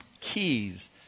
keys